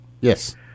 Yes